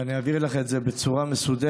ואני אעביר לך את התייחסות אנשי המקצוע בצורה מסודרת,